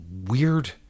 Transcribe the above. weird